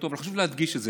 אבל חשוב להדגיש את זה.